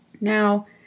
Now